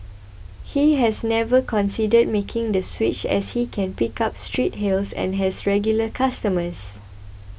he has never considered making the switch as he can pick up street hails and has regular customers